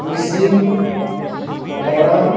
Mising Moran